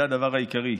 וזה הדבר העיקרי: